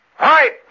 Right